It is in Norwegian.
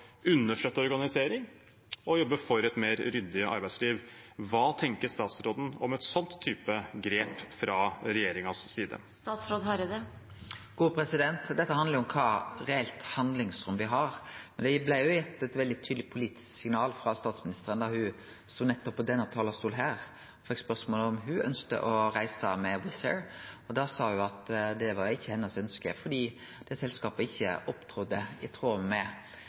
organisering og jobbe for et mer ryddig arbeidsliv. Hva tenker statsråden om en sånn type grep fra regjeringens side? Dette handlar om kva reelt handlingsrom me har. Det blei gitt eit veldig tydeleg politisk signal frå statsministeren da ho stod nettopp på denne talarstolen og fekk spørsmål om ho ønskte å reise med Wizz Air. Da sa ho at det var ikkje hennar ønske, fordi det selskapet ikkje opptredde i tråd med